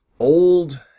old